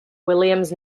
williams